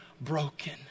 broken